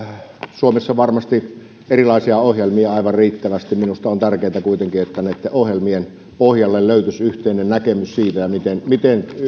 suomessa varmasti on erilaisia ohjelmia aivan riittävästi minusta on tärkeätä kuitenkin että näiden ohjelmien pohjalle löytyisi yhteinen näkemys siitä miten miten